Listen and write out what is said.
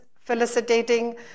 felicitating